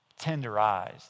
tenderized